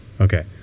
okay